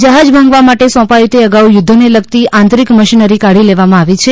જહાજ ભાંગવાં માટે સોંપાયું તે અગાઉ યુદ્ધને લગતી આંતરિક મશીનરી કાઢી લેવામાં આવી છે